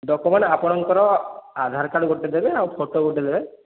document ଆପଣଙ୍କର Aadhaar card ଗୋଟେ ଦେବେ ଆଉ ଫଟୋ ଗୋଟେ ଦେବେ